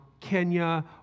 Kenya